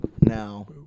now